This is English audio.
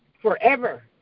forever